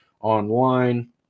online